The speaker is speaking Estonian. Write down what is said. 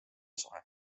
suhe